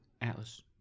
Atlas